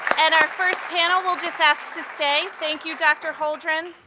and our first panel, we'll just ask to stay. thank you, dr. holdren.